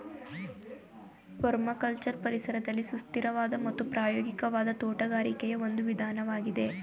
permaculture ಪರಿಸರದಲ್ಲಿ ಸುಸ್ಥಿರವಾದ ಮತ್ತು ಪ್ರಾಯೋಗಿಕವಾದ ತೋಟಗಾರಿಕೆಯ ಒಂದು ವಿಧಾನವಾಗಿದೆ